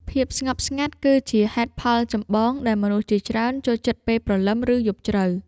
ភាពស្ងប់ស្ងាត់គឺជាហេតុផលចម្បងដែលមនុស្សជាច្រើនចូលចិត្តពេលព្រលឹម ឬយប់ជ្រៅ។